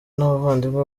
n’abavandimwe